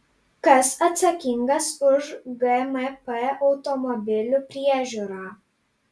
kas atsakingas už gmp automobilių priežiūrą